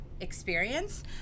experience